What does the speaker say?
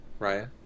Raya